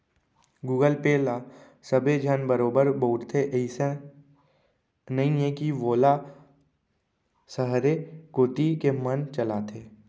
Google Pay ल सबे झन बरोबर बउरथे, अइसे नइये कि वोला सहरे कोती के मन चलाथें